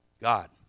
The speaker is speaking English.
God